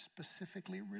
specifically